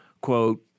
quote